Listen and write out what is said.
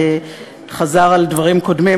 שחזר על דברים קודמים,